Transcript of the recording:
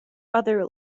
other